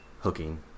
hooking